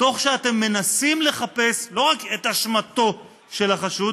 תוך שאתם מנסים לחפש לא רק את אשמתו של החשוד,